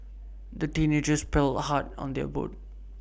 the teenagers paddled hard on their boat